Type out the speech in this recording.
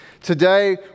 Today